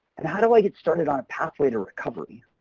and how do i get started on a pathway to recovery?